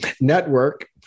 network